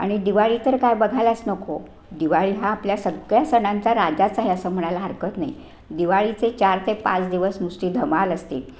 आणि दिवाळी तर काय बघायलाच नको दिवाळी हा आपल्या सगळ्या सणांचा राजाच आहे असं म्हणाला हरकत नाही दिवाळीचे चार ते पाच दिवस नुसती धमाल असते